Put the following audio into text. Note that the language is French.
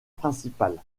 principale